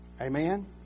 amen